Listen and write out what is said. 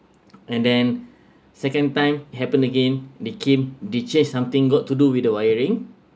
and then second time it happen again they came they checks something got to do with the wiring